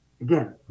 again